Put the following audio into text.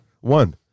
One